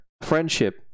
Friendship